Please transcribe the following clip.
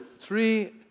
three